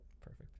Perfect